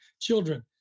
children